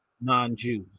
non-Jews